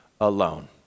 alone